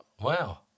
Wow